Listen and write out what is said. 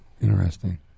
Interesting